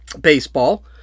baseball